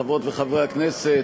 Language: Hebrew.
חברות וחברי הכנסת,